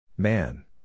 Man